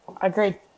Agreed